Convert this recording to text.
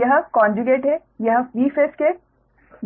यह कोंजुगेट है